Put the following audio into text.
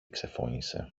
ξεφώνισε